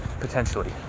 Potentially